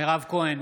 מירב כהן,